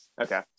okay